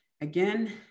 Again